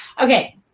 Okay